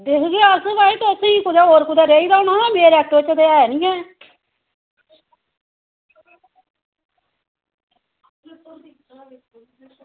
दिक्खगे अस बी भई कुदै होर रेही गेदा होना ते मेरे ऑटो च ते ऐ निं ऐ